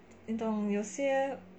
你懂有些